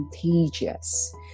contagious